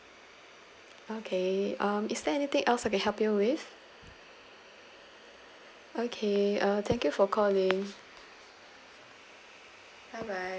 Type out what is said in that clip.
okay um is there anything else I can help you with okay uh thank you for calling bye bye